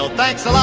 ah thanks um